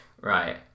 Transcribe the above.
Right